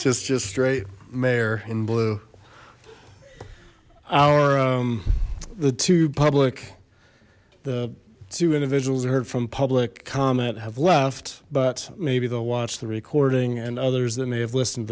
just just straight mayor in blue our the to public the two individuals heard from public comment have left but maybe they'll watch the recording and others that may have listened to